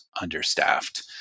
understaffed